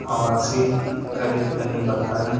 कहवा से करि तनि बताईं?